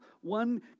one